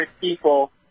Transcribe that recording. people